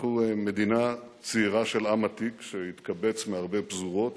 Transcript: אנחנו מדינה צעירה של עם עתיק שהתקבץ מהרבה פזורות,